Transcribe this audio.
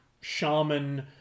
shaman